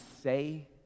say